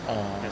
orh